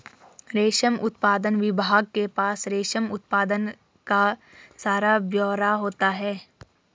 रेशम उत्पादन विभाग के पास रेशम उत्पादन का सारा ब्यौरा होता है